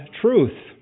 truth